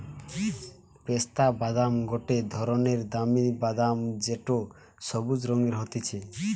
পেস্তা বাদাম গটে ধরণের দামি বাদাম যেটো সবুজ রঙের হতিছে